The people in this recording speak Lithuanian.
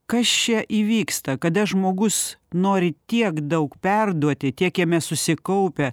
kas čia įvyksta kada žmogus nori tiek daug perduoti tiek jame susikaupę